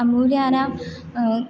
अमूल्यानां